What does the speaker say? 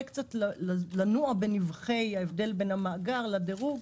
קצת לנוע בנבכי ההבדל בין המאגר לדירוג.